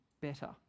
better